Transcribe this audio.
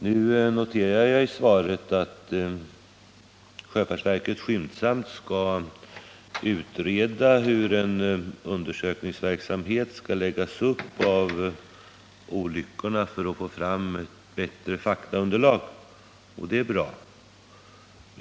Jag noterar i svaret att sjöfartsverket skyndsamt skall utreda hur en undersökningsverksamhet om olyckorna skall läggas upp för att man skall få fram ett bättre faktaunderlag, och det är bra.